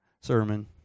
sermon